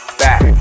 back